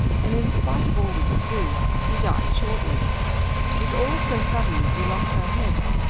and in spite of all we could do, he died shortly. it was all so sudden that we lost our heads,